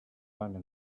вами